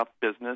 business